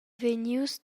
vegnius